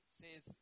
says